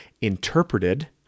interpreted